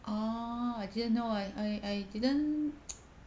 oh I didn't know leh I I didn't